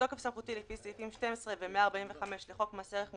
בתוקף סמכותי לפי סעיפים 12 ו-145 לחוק מס ערך מוסף,